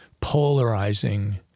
polarizing